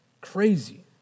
crazy